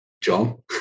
john